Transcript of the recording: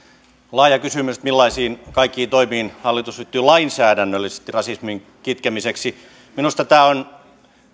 laaja kysymys että millaisiin kaikkiin toimiin hallitus ryhtyy lainsäädännöllisesti rasismin kitkemiseksi minusta tämä on